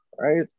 Right